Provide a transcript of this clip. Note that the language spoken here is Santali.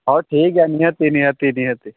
ᱦᱚᱭ ᱴᱷᱤᱠᱜᱮᱭᱟ ᱱᱤᱦᱟᱹᱛᱜᱮ ᱱᱤᱦᱟᱹᱛᱜᱮ ᱱᱤᱦᱟᱹᱛᱜᱮ